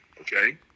okay